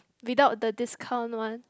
without the discount one